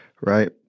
right